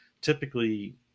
typically